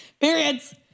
Periods